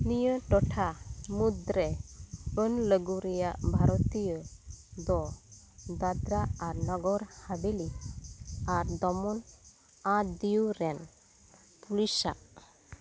ᱱᱤᱭᱟᱹ ᱴᱚᱴᱷᱟ ᱢᱩᱫᱽᱨᱮ ᱟᱹᱱ ᱞᱟᱹᱜᱩ ᱨᱮᱭᱟᱜ ᱵᱷᱟᱨᱚᱛᱤᱭᱟᱹ ᱫᱚ ᱫᱟᱫᱽᱨᱟ ᱟᱨ ᱱᱚᱜᱚᱨ ᱦᱟᱵᱷᱮᱞᱤ ᱟᱨ ᱫᱚᱢᱚᱱ ᱟᱨ ᱫᱤᱭᱩᱨᱮᱱ ᱯᱩᱞᱤᱥᱟᱜ